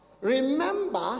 remember